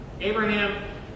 Abraham